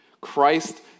Christ